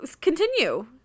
Continue